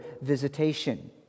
visitation